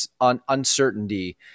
uncertainty